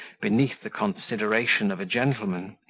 beneath the consideration of a gentleman,